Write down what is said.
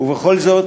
ובכל זאת